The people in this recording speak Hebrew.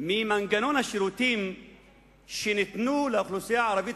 במנגנון השירותים שניתנו לאוכלוסייה הערבית